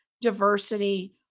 diversity